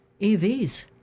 EVs